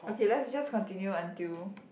okay let's just continue until